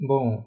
Bom